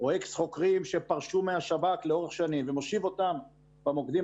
מגייס חוקרים שפרשו מהשב"כ לאורך שנים ומושיב אותם במוקדים